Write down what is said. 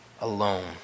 alone